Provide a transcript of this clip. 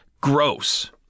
gross